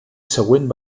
següent